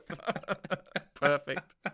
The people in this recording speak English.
Perfect